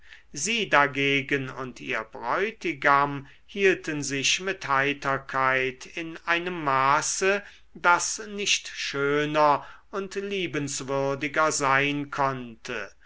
sie dagegen und ihr bräutigam hielten sich mit heiterkeit in einem maße das nicht schöner und liebenswürdiger sein konnte